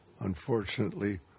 Unfortunately